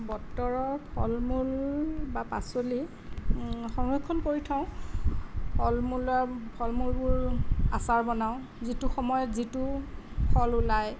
বতৰৰ ফল মূল বা পাচলি সংৰক্ষণ কৰি থওঁ ফল মূলৰ ফল মূলবোৰ আচাৰ বনাওঁ যিটো সময়ত যিটো ফল ওলায়